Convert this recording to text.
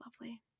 lovely